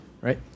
right